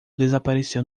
desapareceu